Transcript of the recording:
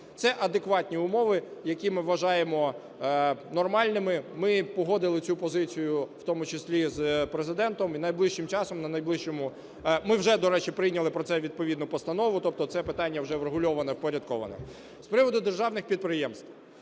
Це адекватні умови, які ми вважаємо нормальними. Ми погодили цю позицію в тому числі з Президентом, і найближчим часом на найближчому… Ми вже, до речі, прийняли про це відповідну постанову, тобто це питання вже врегульоване, впорядковане. З приводу державних підприємств.